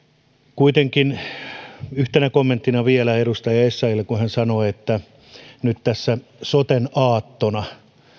kuitenkin yhtenä kommenttina vielä edustaja essayahille kun hän sanoi että nyt tässä soten aattona